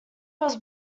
was